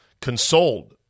consoled